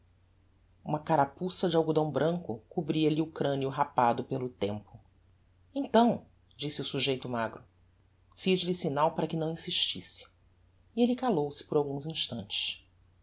uma carapuça de algodão branco cobria-lhe o craneo rapado pelo tempo então disse o sujeito magro fiz-lhe signal para que não insistisse e elle calou-se por alguns instantes